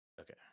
Okay